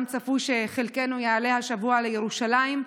גם צפוי שחלקנו יעלו השבוע לירושלים.